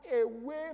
away